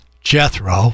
Jethro